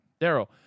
Darrow